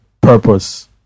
purpose